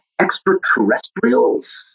extraterrestrials